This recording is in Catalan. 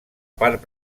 part